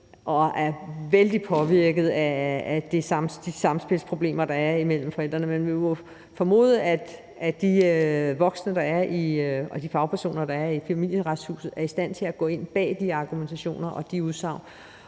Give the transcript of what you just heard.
og er vældig påvirkede af de samspilsproblemer, der er imellem forældrene, men vi må jo formode, at de voksne, der er, og de fagpersoner, der er i Familieretshuset, er i stand til at gå ind bag de argumentationer og de udsagn,